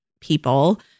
people